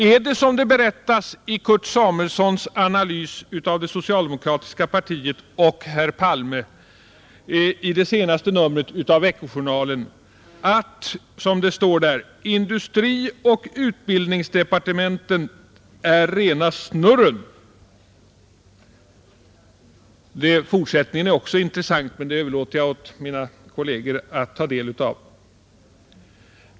Är det som det berättas i Kurt Samuelssons analys av det socialdemokratiska partiet och herr Palme i senaste numret av Veckojournalen, när han skriver: ”Industrioch utbildningsdepartementen är rena snurren ———,” Fortsättningen är också intressant, men det överlåter jag åt mina kolleger att ta del av.